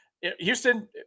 Houston